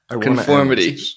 Conformity